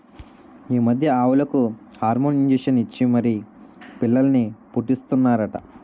ఈ మధ్య ఆవులకు హార్మోన్ ఇంజషన్ ఇచ్చి మరీ పిల్లల్ని పుట్టీస్తన్నారట